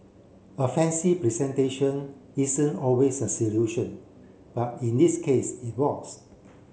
a fancy presentation isn't always a solution but in this case it was